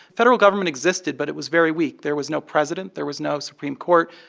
federal government existed, but it was very weak. there was no president. there was no supreme court,